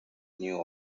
new